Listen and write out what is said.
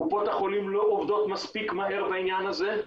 קופות החולים לא עובדות מספיק מהר בעניין הזה,